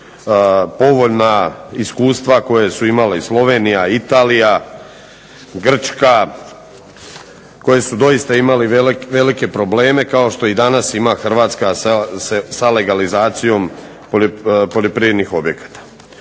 povoljna iskustva koja su imali Slovenija, Italija, Grčka, koje su doista imali velike probleme kao što danas ima Hrvatska sa legalizacijom poljoprivrednim objektima.